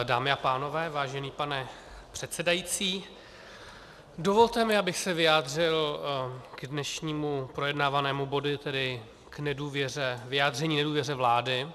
Dámy a pánové, vážený pane předsedající, dovolte mi, abych se vyjádřil k dnešnímu projednávanému bodu, tedy k vyjádření nedůvěře vládě.